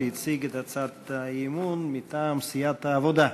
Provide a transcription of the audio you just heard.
שהציג את הצעת האי-אמון מטעם סיעת העבודה.